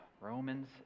Romans